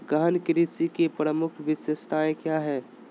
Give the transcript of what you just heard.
गहन कृषि की प्रमुख विशेषताएं क्या है?